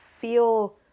feel